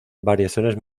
variaciones